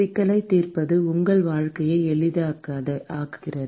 சிக்கலைத் தீர்ப்பது உங்கள் வாழ்க்கையை எளிதாக்குகிறது